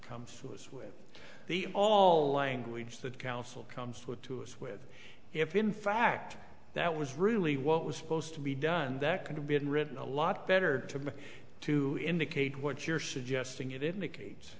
us with the all language that counsel comes with to us with if in fact that was really what was supposed to be done that could have been written a lot better to me to indicate what you're suggesting it indicates